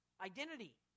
identity